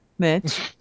Mitch